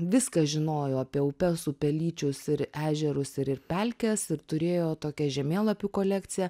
viską žinojo apie upes upelyčius ir ežerus ir ir pelkes ir turėjo tokią žemėlapių kolekciją